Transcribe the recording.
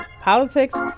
politics